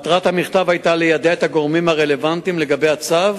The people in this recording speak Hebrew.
מטרת המכתב היתה ליידע את הגורמים הרלוונטיים לגבי הצו